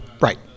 right